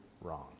wrong